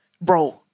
bro